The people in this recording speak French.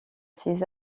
ses